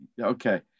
Okay